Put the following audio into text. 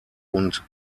und